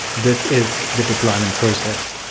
this is the deployment process.